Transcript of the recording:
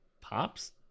Pops